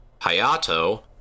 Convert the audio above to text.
Hayato